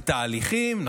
זה תהליכים.